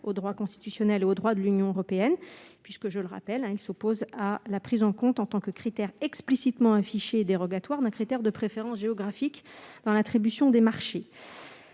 au droit constitutionnel au droit de l'Union européenne, puisque je le rappelle, hein, il s'oppose à la prise en compte en tant que critère explicitement affiché dérogatoire d'un critère de préférence géographique dans l'attribution des marchés,